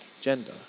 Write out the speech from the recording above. gender